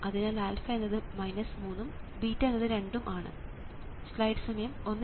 അതിനാൽ α എന്നത് 3 ഉം β എന്നത് 2 ഉം ആണ്